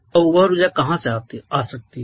अब वह ऊर्जा कहाँ से आ सकती है